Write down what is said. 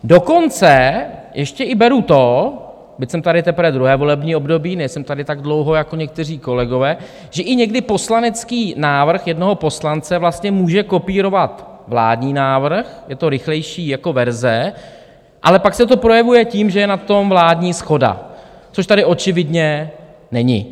Dokonce ještě i beru to, byť jsem tady teprve druhé volební období, nejsem tady tak dlouho jako někteří kolegové, že i někdy poslanecký návrh jednoho poslance vlastně může kopírovat vládní návrh je to rychlejší verze, ale pak se to projevuje tím, že je na tom vládní shoda, což tady očividně není.